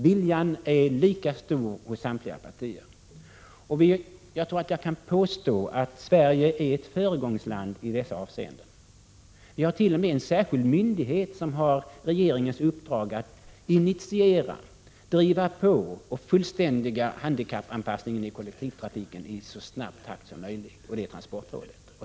Viljan är lika stor hos samtliga partier. Jag vill påstå att Sverige är ett föregångsland i dessa avseenden. Vi har t. 0. m. en särskild myndighet som har regeringens uppdrag att initiera, driva på och fullständiga handikappanpassningen i kollektivtrafiken i så snabb takt som möjligt, och det är Transportrådet.